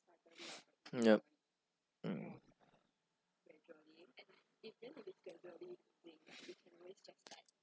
yup mm